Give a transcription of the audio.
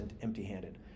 empty-handed